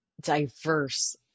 diverse